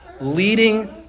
leading